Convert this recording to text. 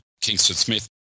Kingston-Smith